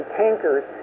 tankers